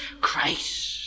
christ